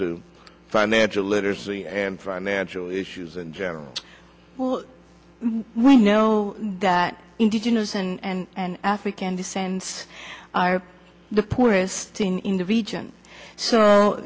to financial literacy and financial issues in general well we know that indigenous and african descent are the poorest seen in the region so